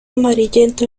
amarillento